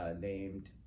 named